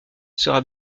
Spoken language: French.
sera